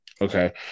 Okay